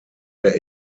der